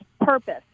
purpose